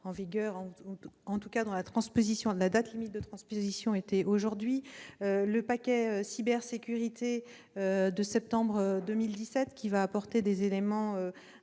: cette directive, dont la date limite de transposition était aujourd'hui, et le paquet cybersécurité de septembre 2017, qui apportera des éléments importants